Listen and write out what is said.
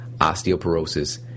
osteoporosis